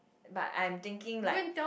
but I am thinking like